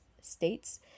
states